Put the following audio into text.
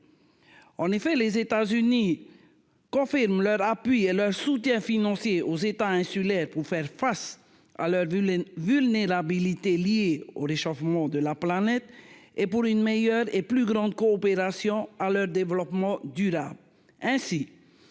en effet les États-Unis confirment leur appui et le soutien financier aux États insulaires pour faire face à l'heure de la vulnérabilité liée au réchauffement de la planète et pour une meilleure et plus grande coopération à leur développement durable